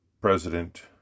President